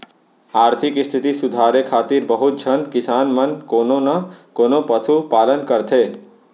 आरथिक इस्थिति सुधारे खातिर बहुत झन किसान मन कोनो न कोनों पसु पालन करथे